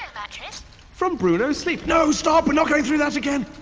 um from bruno sleep no stop we're not going through that again.